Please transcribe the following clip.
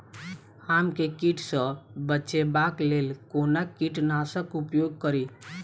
आम केँ कीट सऽ बचेबाक लेल कोना कीट नाशक उपयोग करि?